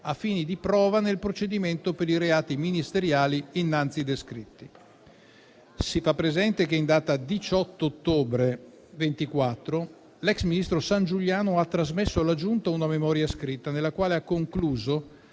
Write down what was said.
a fine di prova nel procedimento per i reati ministeriali innanzi descritti. Si fa presente che, in data 18 ottobre 2024, l'ex ministro Sangiuliano ha trasmesso alla Giunta una memoria scritta, nella quale ha concluso